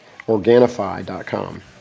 Organifi.com